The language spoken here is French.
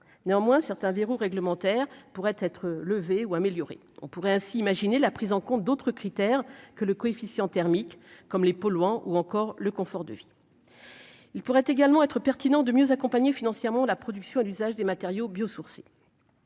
néanmoins certains verrous réglementaires pourraient être levées ou améliorer, on pourrait ainsi imaginer la prise en compte d'autres critères que le coefficient thermique comme les polluants ou encore le confort de vie, il pourrait également être pertinent de mieux accompagner financièrement la production, l'usage des matériaux biosourcés.